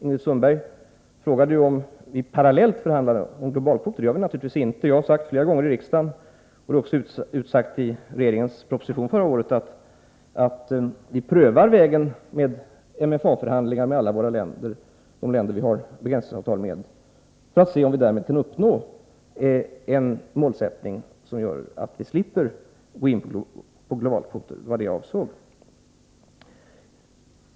Ingrid Sundberg frågade om vi parallellt förhandlade om globalkvoter. Det gör vi naturligtvis inte. Jag har flera gånger i riksdagen sagt, och det är också utsagt i regeringens proposition förra året, att vi prövar vägen med MFA-förhandlingar med alla de länder vi har begränsningsavtal med för att se om vi därmed kan uppnå en målsättning som gör att vi slipper gå in på globalkvoter — det var det jag avsåg.